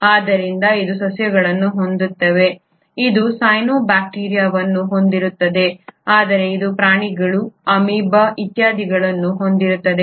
ಆದ್ದರಿಂದ ಇದು ಆಟೊಟ್ರೋಫ್ಗಳು ಸಸ್ಯಗಳನ್ನು ಹೊಂದಿರುತ್ತದೆ ಇದು ಹೆಟೆರೊಟ್ರೋಫ್ಗಳು ಸೈನೋಬ್ಯಾಕ್ಟೀರಿಯಾವನ್ನು ಹೊಂದಿರುತ್ತದೆ ಆದರೆ ಇದು ಪ್ರಾಣಿಗಳು ಅಮೀಬಾ ಇತ್ಯಾದಿಗಳನ್ನು ಹೊಂದಿರುತ್ತದೆ